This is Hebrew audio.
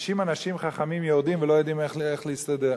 50 אנשים חכמים יורדים ולא יודעים איך להסתדר.